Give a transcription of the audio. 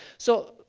so,